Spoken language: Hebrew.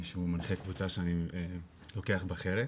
שהוא מנחה קבוצה שאני לוקח בה חלק,